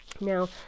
Now